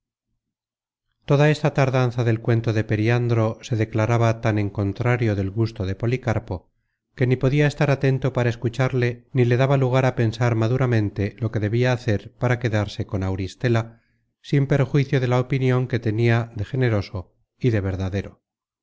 toda esta tardanza del cuento de periandro se declaraba tan en contrario del gusto de policarpo que ni podia estar atento para escucharle ni le daba lugar a pensar maduramente lo que debia hacer para quedarse con auristela sin perjuicio de la opinion que tenia de generoso y de verdadero